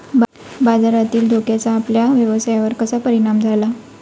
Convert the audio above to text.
बाजारातील धोक्याचा आपल्या व्यवसायावर कसा परिणाम झाला?